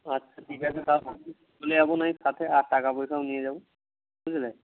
আচ্ছা ঠিক আছে তাহলে চলে যাব নয় সাথে আর টাকা পয়সাও নিয়ে যাব বুঝলে